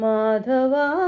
Madhava